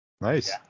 Nice